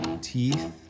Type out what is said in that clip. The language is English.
Teeth